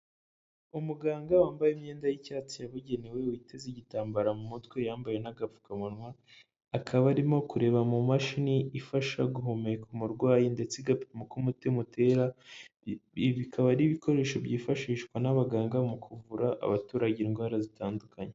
Umuganga wambaye imyenda y'icyatsi yabugenewe witeze igitambara mu mutwe yambaye n'agapfukamunwa, akaba arimo kureba mu mashini ifasha guhumeka umurwayi ndetse igapima k'umutima utera bikaba ari ibikoresho byifashishwa n'abaganga mu kuvura abaturage indwara zitandukanye.